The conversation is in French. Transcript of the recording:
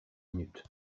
minute